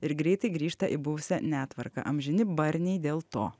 ir greitai grįžta į buvusią netvarką amžini barniai dėl to